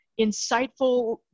insightful